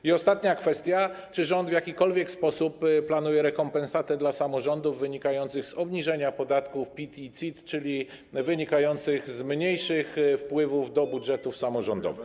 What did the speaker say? I ostatnia kwestia: Czy rząd w jakikolwiek sposób planuje rekompensatę dla samorządów wynikającą z obniżenia podatków PIT i CIT, czyli wynikającą z mniejszych wpływów do budżetów samorządowych?